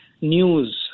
news